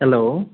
hello